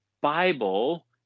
Bible